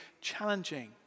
challenging